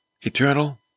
eternal